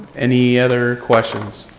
any other questions?